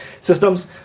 systems